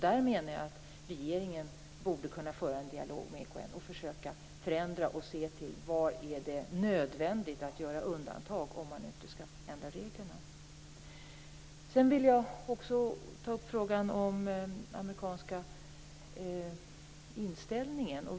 Där menar jag att regeringen borde kunna föra en dialog med EKN, försöka få en förändring och se var det är nödvändigt att göra undantag, om man nu inte skall ändra reglerna. Sedan vill jag också ta upp frågan om den amerikanska inställningen.